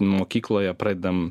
mokykloje pradedam